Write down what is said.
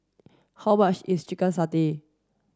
how much is chicken satay